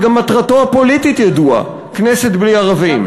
וגם מטרתו הפוליטית ידועה: כנסת בלי ערבים,